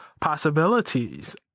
possibilities